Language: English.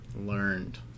learned